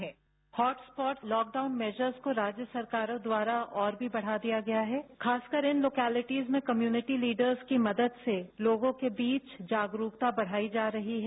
sound bite hotspots lockdown measures को राज्य सरकारों द्वारा और भी बढ़ा दिया गया है खासकर उन लोकोलिटीज में कम्यूनिटी लीडर की मदद से लोगों के बीच जागरूकता बढ़ाई जा रही है